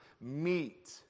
meet